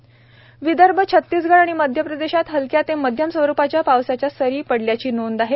हवामान विदर्भ छत्तीसगढ आणि मध्य प्रदेशात हलक्या ते माध्यम स्वरूपाच्या पावसाच्या सरी पडल्याची नोंद आहे